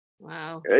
wow